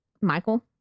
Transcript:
Michael